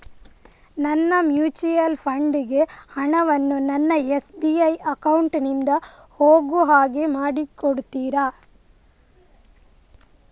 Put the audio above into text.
ನನ್ನ mutual fund ಗೆ ಹಣ ವನ್ನು ನನ್ನ ಎಸ್.ಬಿ ಅಕೌಂಟ್ ನಿಂದ ಹೋಗು ಹಾಗೆ ಮಾಡಿಕೊಡುತ್ತೀರಾ?